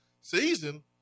season